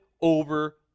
over